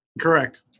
Correct